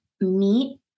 meet